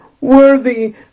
worthy